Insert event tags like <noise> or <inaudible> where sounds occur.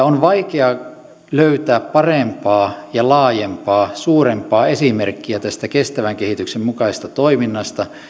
<unintelligible> on vaikea löytää parempaa ja laajempaa suurempaa esimerkkiä tästä kestävän kehityksen mukaisesta toiminnasta